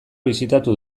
bisitatu